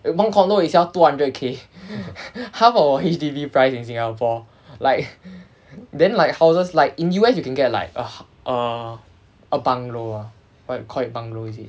one condo itself two hundred K half of our H_D_B price in singapore like then like houses like in U_S you can get like uh a bungalow uh what you call that a bungalow is it